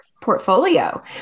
portfolio